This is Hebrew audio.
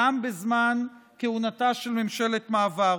גם בזמן כהונתה של ממשלת מעבר,